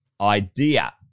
idea